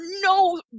no